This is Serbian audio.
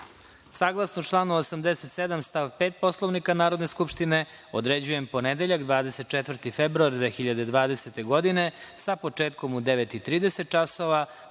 celini. Saglasno članu 87. stav 5. Poslovnika Narodne skupštine, određujem ponedeljak, 24. februar 2020. godine, sa početkom u 9.30 časova,